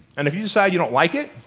and if you decide you don't like it,